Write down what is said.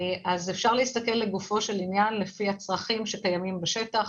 אפשר להסתכל לגופו של עניין לפי הצרכים שקיימים בשטח,